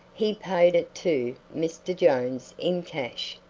he paid it to mr. jones in cash,